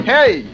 Hey